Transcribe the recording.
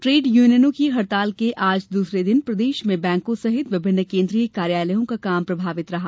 trade यूनियनों की हड़ताल के आज दूसरे दिन प्रदेश में बैंकों सहित विभिन्न केन्द्रीय कार्यालयों का काम प्रभावित रहा